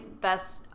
best